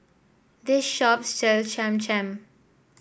this shop sell Cham Cham